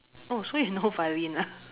oh so you know violin ah